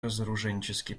разоруженческий